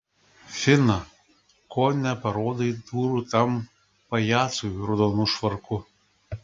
fina ko neparodai durų tam pajacui raudonu švarku